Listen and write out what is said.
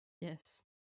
Yes